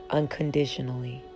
unconditionally